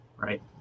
right